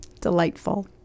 Delightful